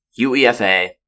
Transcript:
UEFA